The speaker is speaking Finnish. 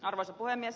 arvoisa puhemies